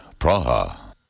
Praha